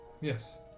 Yes